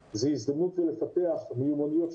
הוועדה קוראת למשרד החינוך ללמוד את